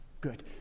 Good